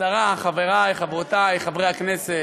השרה, חברי, חברותי חברי הכנסת,